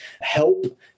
help